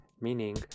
Meaning